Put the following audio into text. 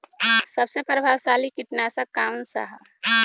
सबसे प्रभावशाली कीटनाशक कउन सा ह?